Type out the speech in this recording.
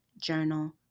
Journal